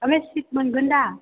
ओमफ्राय सिट मोनगोन दा